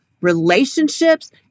relationships